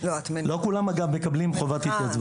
לא כולם מקבלים חובת התייצבות.